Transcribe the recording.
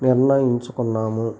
నిర్ణయించుకున్నాము